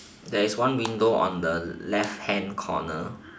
there is one window on the left hand corner